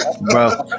Bro